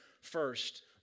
first